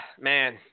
man